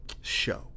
show